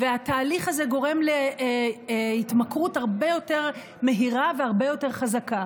והתהליך הזה גורם להתמכרות הרבה יותר מהירה והרבה יותר חזקה.